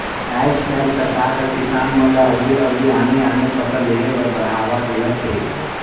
आयज कायल सरकार हर किसान मन ल अलगे अलगे आने आने फसल लेह बर बड़हावा देहत हे